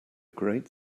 great